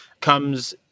comes